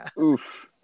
Oof